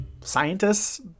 scientists